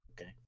Okay